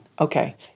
Okay